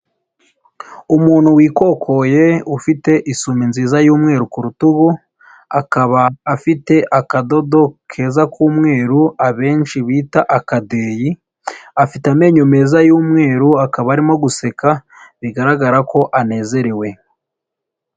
Umuntu wikokoye, ufite isumi nziza y'umweru ku rutugu, akaba afite akadodo keza k'umweru abenshi bita akadeyi, afite amenyo meza y'umweru, akaba arimo guseka bigaragara ko anezerewe.